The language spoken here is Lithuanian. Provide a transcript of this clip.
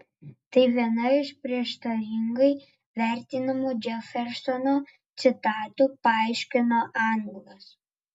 tai viena iš prieštaringai vertinamų džefersono citatų paaiškino anglas